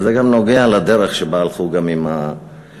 וזה גם נוגע בדרך שבה הלכו גם עם התקציב,